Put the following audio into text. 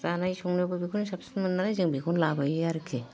जानाय संनायावबो बिखौनो साबसिन मोननानै जों बिखौनो लाबोयो आरखि